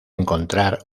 encontrar